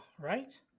right